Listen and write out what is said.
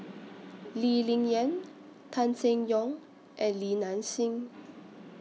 Lee Ling Yen Tan Seng Yong and Li Nanxing